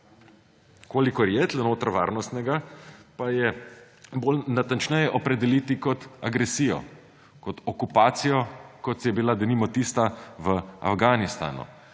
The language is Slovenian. Koliko je tukaj notri varnostnega, pa je bolj natančneje opredeliti kot agresijo, kot okupacijo, kot je bila denimo tista v Afganistanu.